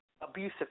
abusive